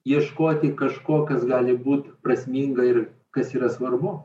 ieškoti kažko kas gali būti prasminga ir kas yra svarbu